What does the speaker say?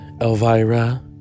Elvira